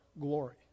glory